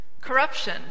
Corruption